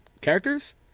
characters